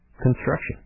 construction